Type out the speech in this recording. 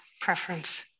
preference